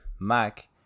Mac